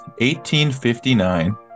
1859